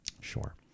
Sure